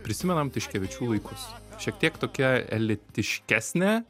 prisimenam tiškevičių laikus šiek tiek tokia elitiškesnė